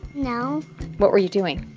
no what were you doing?